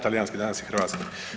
talijanski danas je hrvatski.